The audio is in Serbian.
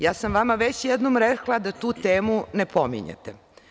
Ja sam vama već jednom rekla da tu temu ne pominjete.